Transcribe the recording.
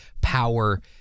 power